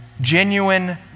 genuine